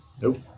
Nope